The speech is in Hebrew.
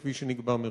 כפי שנקבע מראש.